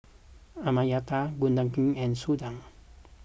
Amartya Gopinath and Sundar